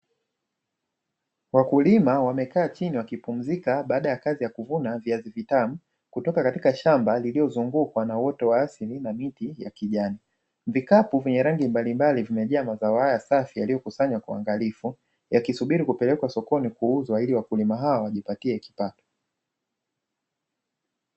Wakulima wamekaa chini wakipumzika baada ya kazi ya kuvuna viazi vitamu kutoka katika shamba lililozungukwa na uoto wa asili na miti ya kijani. Vikapu vyenye rangi mbalimbali vimejaa mazao haya safi yaliyokusanywa kwa uangalifu, yakisubiri kupelekwa sokoni kuuzwa ili wakulima hao wajipatie kipato.